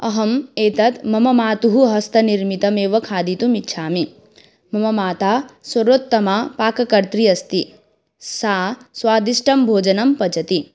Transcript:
अहम् एतत् मम मातुः हस्तनिर्मितम् एव खादितुम् इच्छामि मम माता सर्वोत्तमा पाककर्त्री अस्ति सा स्वादिष्टं भोजनं पचति